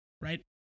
right